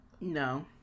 No